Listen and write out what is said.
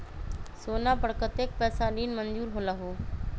सोना पर कतेक पैसा ऋण मंजूर होलहु?